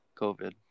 COVID